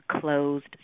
closed